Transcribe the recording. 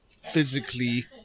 physically